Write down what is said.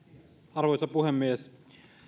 arvoisa puhemies